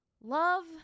love